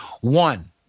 One